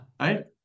Right